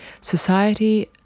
Society